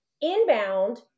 Inbound